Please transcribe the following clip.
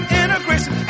integration